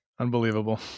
Unbelievable